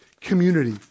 community